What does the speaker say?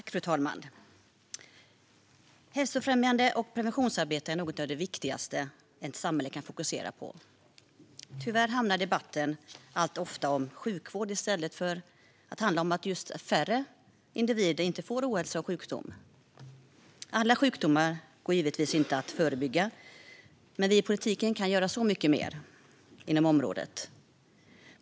Fru talman! Hälsofrämjande och preventionsarbete är något av det viktigaste ett samhälle kan fokusera på. Tyvärr handlar debatten alltför ofta om sjukvården i stället för om hur vi gör så att färre individer får ohälsa och sjukdom. Alla sjukdomar går givetvis inte att förebygga, men vi i politiken kan göra mycket mer inom området.